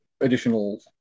additional